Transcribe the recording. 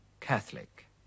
Catholic